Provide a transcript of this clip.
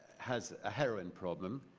has a heroin problem,